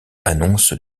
annoncent